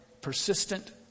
persistent